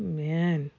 Amen